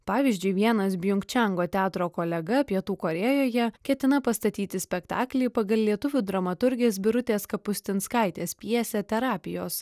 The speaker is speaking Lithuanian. pavyzdžiui vienas bjunk čengo teatro kolega pietų korėjoje ketina pastatyti spektaklį pagal lietuvių dramaturgės birutės kapustinskaitės pjesę terapijos